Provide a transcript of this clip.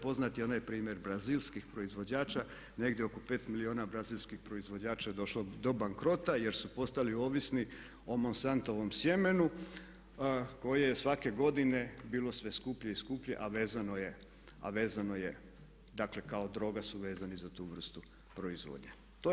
Poznat je i ona primjer brazilskih proizvođača negdje oko 5 milijuna brazilskih proizvođača je došlo do bankrota jer su postali ovisni o monsantovom sjemenu koje je svake godine bilo sve skuplje i skuplje, a vezano je, dakle kao droga su vezani za tu vrstu proizvodnje.